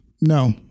no